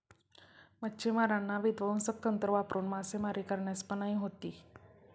मच्छिमारांना विध्वंसक तंत्र वापरून मासेमारी करण्यास मनाई होती